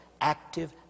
active